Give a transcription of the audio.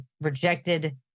rejected